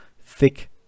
thick